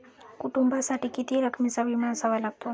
कुटुंबासाठी किती रकमेचा विमा असावा लागतो?